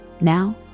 now